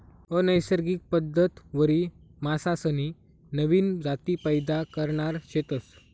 अनैसर्गिक पद्धतवरी मासासनी नवीन जाती पैदा करणार शेतस